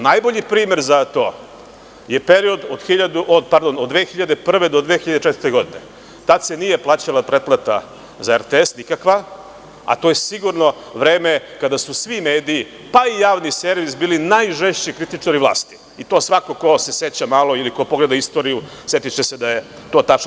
Najbolji primer za to je period od 2001. do 2004. godine, tada se nije plaćala pretplata za RTS nikakva, a to je sigurno vreme kada su svi mediji, pa i javni servis bili najžešći kritičari vlasti i to svako ko se malo seća ili ko pogleda istoriju, setiće se da je to tačno.